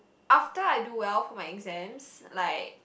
after I do well for my exams like